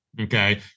okay